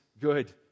good